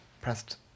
pressed